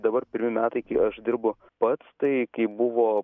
dabar pirmi metai kai aš dirbu pats tai kai buvo